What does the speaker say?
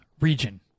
Region